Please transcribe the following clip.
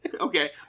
okay